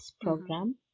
program